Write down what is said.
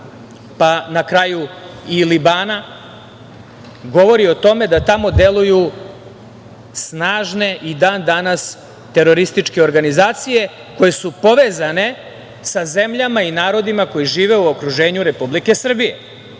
pa na kraju i Libana, govori o tome da tamo deluju snažne i dan-danas terorističke organizacije koje su povezane sa zemljama i narodima koji žive u okruženju Republike Srbije. Moj